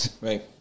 Right